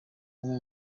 umwe